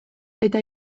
eta